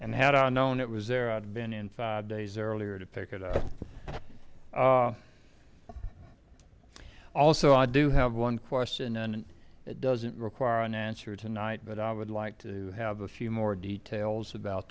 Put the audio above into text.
and had i known it was there i'd have been in five days earlier to pick it up also i do have one question and it doesn't require an answer tonight but i would like to have a few more details about